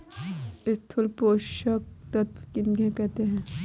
स्थूल पोषक तत्व किन्हें कहते हैं?